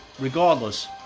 regardless